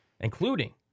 Including